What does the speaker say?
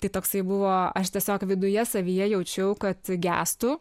tai toksai buvo aš tiesiog viduje savyje jaučiau kad gęstu